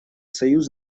союз